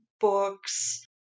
books